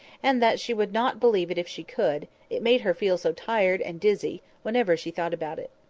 and that she would not believe it if she could, it made her feel so tired and dizzy whenever she thought about it.